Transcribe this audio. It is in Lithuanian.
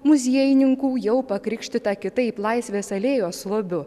muziejininkų jau pakrikštytą kitaip laisvės alėjos lobiu